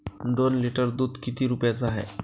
दोन लिटर दुध किती रुप्याचं हाये?